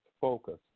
focus